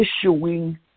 issuing